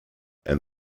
and